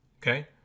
okay